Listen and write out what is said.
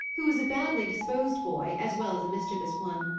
who was a badly disposed boy, as well as a mischievous one.